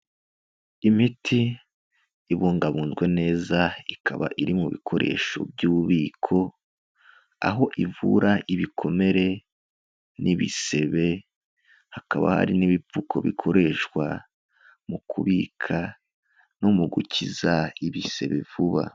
Imiti ibungabunzwe neza, ikaba iri mu bikoresho by'ububiko aho ivura ibikomere n'ibisebe, hakaba hari n'ibipfuko bikoreshwa mu kubika no mu gukiza ibisebe vuba.